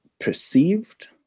perceived